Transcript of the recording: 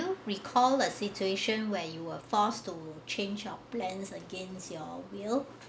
~u recall a situation where you were forced to change of plans against your will